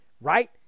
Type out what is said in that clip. right